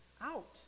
out